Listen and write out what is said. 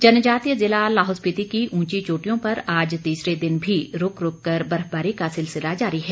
मौसम जनजातीय जिला लाहौल स्पीति की ऊंची चोटियों पर आज तीसरे दिन भी रूक रूक कर बर्फबारी का सिलसिला जारी है